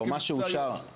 לא, מה שאושר אושר,